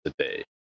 today